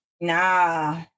nah